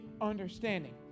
understanding